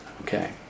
Okay